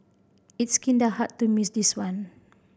it's kinda hard to miss this one